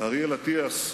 אריאל אטיאס,